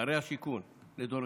שרי השיכון לדורותיהם,